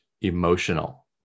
emotional